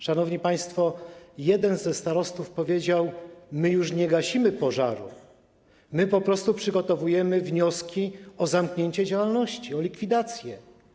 Szanowni państwo, jeden ze starostów powiedział: My już nie gasimy pożarów, my po prostu przygotowujemy wnioski o zamknięcie działalności, o likwidację.